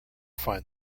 find